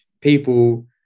people